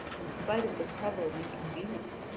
in spite of the trouble and inconvenience,